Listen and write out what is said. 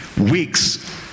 weeks